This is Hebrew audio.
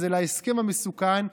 להסכם המסוכן.